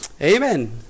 Amen